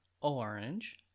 orange